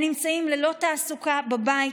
הם נמצאים ללא תעסוקה בבית,